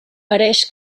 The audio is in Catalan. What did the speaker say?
pareix